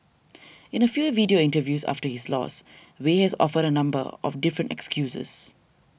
in a few video interviews after his loss Wei has offered a number of different excuses